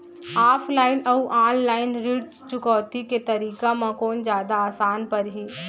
Offline अऊ online ऋण चुकौती के तरीका म कोन जादा आसान परही?